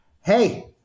hey